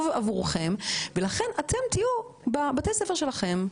עבורכם ולכן אתם תהיו בבתי הספר שלכם,